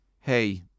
hey